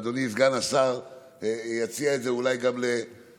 אדוני סגן השר אולי הוא יציע את זה גם לשרה: